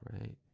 right